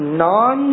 non